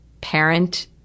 parent